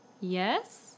Yes